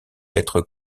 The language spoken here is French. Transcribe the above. d’être